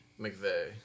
McVeigh